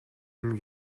энэ